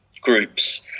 groups